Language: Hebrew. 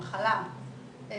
עם מחלה אחרת,